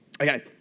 Okay